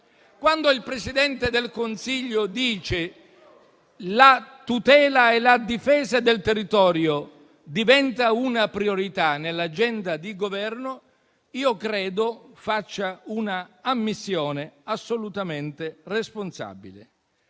Quando il Presidente del Consiglio dice che la tutela e la difesa del territorio diventano una priorità nell'agenda di Governo, credo che faccia un'ammissione assolutamente responsabile.